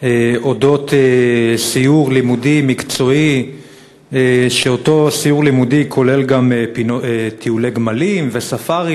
על סיור לימודי-מקצועי שכולל גם טיולי גמלים וספארי